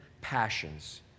passions